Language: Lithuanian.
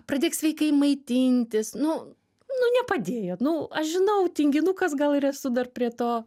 pradėk sveikai maitintis nu nu nepadėjo nu aš žinau tinginukas gal ir esu dar prie to